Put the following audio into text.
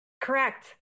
Correct